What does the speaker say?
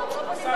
אתם,